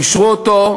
אישרו אותו.